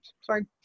sorry